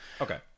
Okay